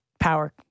power